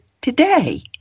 today